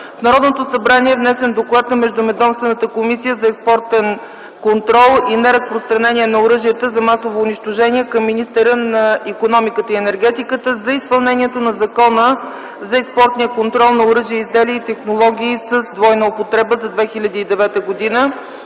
в Народното събрание е внесен доклад на Междуведомствената комисия за експортен контрол и неразпространение на оръжията за масово унищожение към министъра на икономиката, енергетиката и туризма за изпълнението на Закона за експортния контрол на оръжия, изделия и технологии с двойна употреба за 2009 г.